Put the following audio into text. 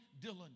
Dylan